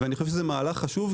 ואני חושב שזה מהלך חשוב,